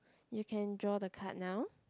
you can draw the card now